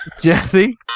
Jesse